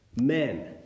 Men